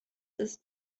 ist